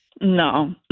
no